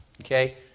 okay